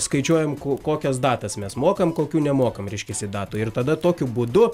skaičiuojam kokias datas mes mokam kokių nemokam reiškiasi datų ir tada tokiu būdu